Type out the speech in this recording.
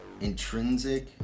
Intrinsic